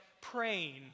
praying